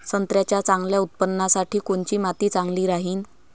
संत्र्याच्या चांगल्या उत्पन्नासाठी कोनची माती चांगली राहिनं?